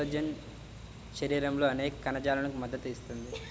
collagen శరీరంలోని అనేక కణజాలాలకు మద్దతు ఇస్తుంది